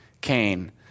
Cain